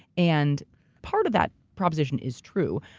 and part of that proposition is true.